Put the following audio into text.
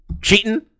cheating